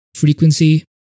frequency